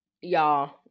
Y'all